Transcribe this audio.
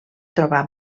trobar